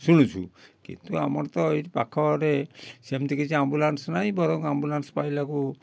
ଶୁଣୁଛୁ କିନ୍ତୁ ଆମର ତ ଏଇଠି ପାଖରେ ସେମିତି କିଛି ଆମ୍ବୁଲାନ୍ସ ନାହିଁ ବରଂ ଆମ୍ବୁଲାନ୍ସ ପାଇଲାକୁ